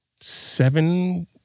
seven